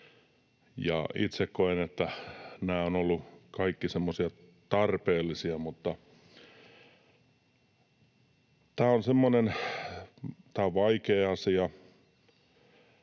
Itse koen, että nämä ovat olleet kaikki semmoisia tarpeellisia. Mutta tämä on semmoinen...